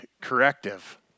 corrective